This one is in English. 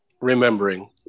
Remembering